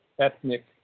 ethnic